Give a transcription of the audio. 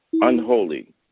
unholy